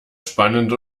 spannend